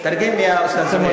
תרגם, יא אוסתז,